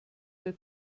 der